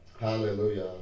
Hallelujah